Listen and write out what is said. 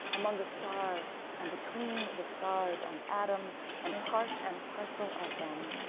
among the stars and between the stars and atoms and part and parcel of them.